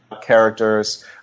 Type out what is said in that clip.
characters